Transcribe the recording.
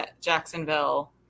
Jacksonville